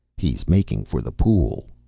he's making for the pool!